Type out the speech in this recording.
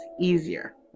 easier